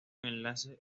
enlace